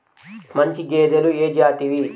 మంచి గేదెలు ఏ జాతివి?